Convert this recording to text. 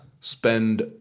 spend